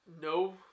no